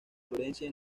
florencia